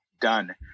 done